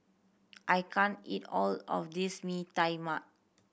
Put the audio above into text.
I can't eat all of this Mee Tai Mak